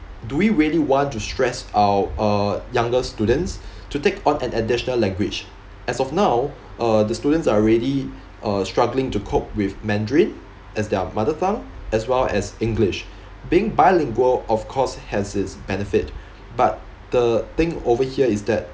do we really want to stress out uh younger students to take on an additional language as of now uh the students are already uh struggling to cope with mandarin as their mother tongue as well as english being bilingual of course has its benefit but the thing over here is that